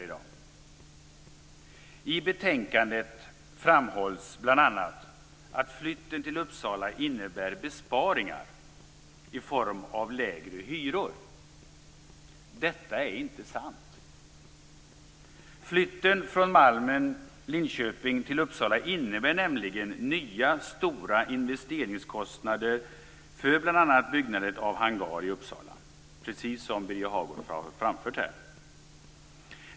I betänkandet framhålls bl.a. att flytten till Uppsala innebär besparingar i form av lägre hyror. Detta är inte sant. Flytten från Malmen i Linköping till Uppsala innebär nämligen, precis som Birger Hagård har framfört, nya, stora investeringskostnader för bl.a. byggandet av hangar i Uppsala.